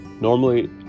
Normally